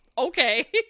okay